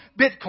Bitcoin